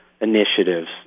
initiatives